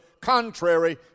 contrary